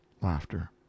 laughter